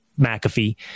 McAfee